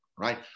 Right